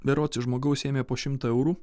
berods iš žmogaus ėmė po šimtą eurų